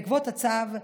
ובעקבות הצו,